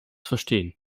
verstehen